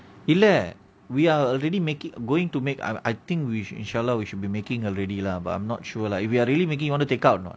இல்ல:illa we are already making going to make I think which with we should be making already lah but I'm not sure lah if we are really making you want to take out not